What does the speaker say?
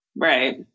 Right